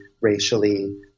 racially